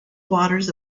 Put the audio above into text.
waters